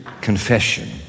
confession